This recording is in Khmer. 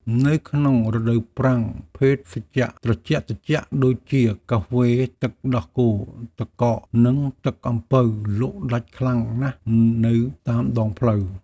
នៅក្នុងរដូវប្រាំងភេសជ្ជៈត្រជាក់ៗដូចជាកាហ្វេទឹកដោះគោទឹកកក និងទឹកអំពៅលក់ដាច់ខ្លាំងណាស់នៅតាមដងផ្លូវ។